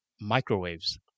microwaves